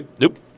nope